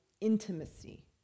intimacy